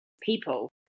people